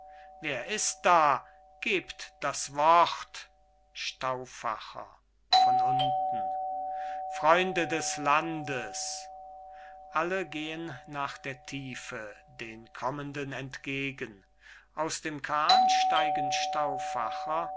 wer ist da gebt das wort stauffacher von unten freunde des landes alle gehen nach der tiefe den kommenden entgegen aus dem kahn steigen